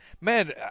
man